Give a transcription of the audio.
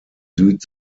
süd